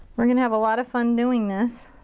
we're gonna have a lot of fun doing this.